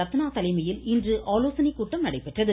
ரத்னா தலைமையில் இன்று ஆலோசனை கூட்டம் நடைபெற்றது